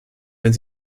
wenn